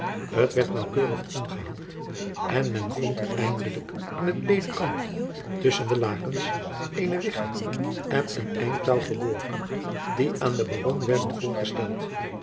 het werd naauwkeurig omgehaald en men vond eindelijk in het ledekant tusschen de lakens eene wigge en een eind touw verborgen die aan den baron werden voorgesteld